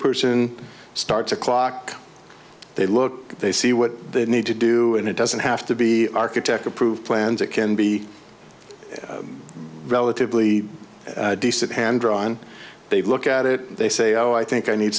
person starts a clock they look they see what they need to do and it doesn't have to be architect approved plans it can be relatively decent hand drawn they look at it they say oh i think i need